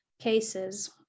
Cases